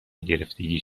گرفتگی